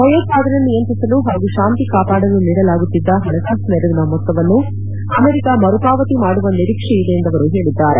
ಭಯೋತ್ಪಾದನೆ ನಿಯಂತ್ರಿಸಲು ಹಾಗೂ ಶಾಂತಿ ಕಾಪಾಡಲು ನೀಡಲಾಗುತ್ತಿದ್ದ ಪಣಕಾಸು ನೆರವಿನ ಮೊತ್ತವನ್ನು ಅಮೆರಿಕ ಮರುಪಾವತಿ ಮಾಡುವ ನಿರೀಕ್ಷೆಯಿದೆ ಎಂದು ಅವರು ಹೇಳಿದ್ದಾರೆ